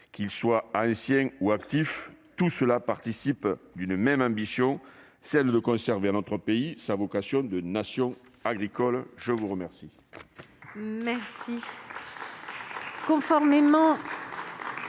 qu'ils soient anciens ou actifs, tout cela participe d'une même ambition, celle de conserver à notre pays sa vocation de nation agricole. Conformément